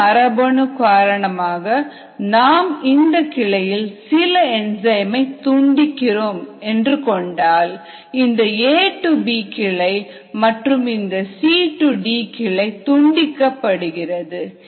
சில மரபணு காரணமாக நாம் இந்த கிளையில் சில என்ஜாய்ம் மை துண்டிக்கிறோம் என்று கொண்டால் இந்த A B கிளை மற்றும் இந்த C D கிளை துண்டிக்கப்படுகிறது